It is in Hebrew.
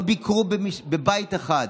לא ביקרו בבית אחד,